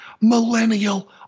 millennial